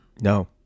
No